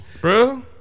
bro